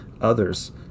others